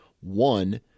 One